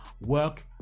Work